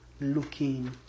looking